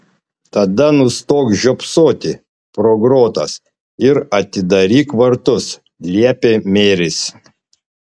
tada nustok žiopsoti pro grotas ir atidaryk vartus liepė meris